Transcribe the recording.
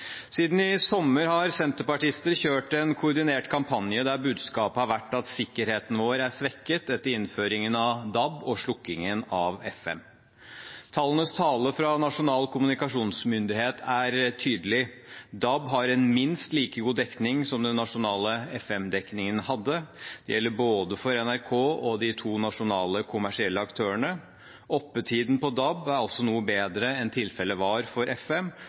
Siden i sommer har senterpartister kjørt en koordinert kampanje der budskapet har vært at sikkerheten vår er svekket etter innføringen av DAB og slukkingen av FM. Tallenes tale fra Nasjonal kommunikasjonsmyndighet er tydelig. DAB har en minst like god dekning som den nasjonale FM-dekningen hadde. Det gjelder både for NRK og for de to nasjonale kommersielle aktørene. Oppetiden på DAB er altså noe bedre enn tilfellet var for FM.